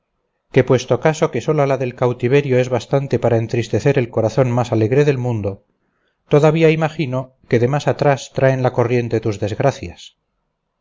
que puesto caso que sola la del cautiverio es bastante para entristecer el corazón más alegre del mundo todavía imagino que de más atrás traen la corriente tus desgracias